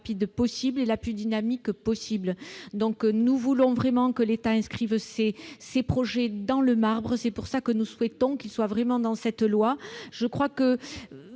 ...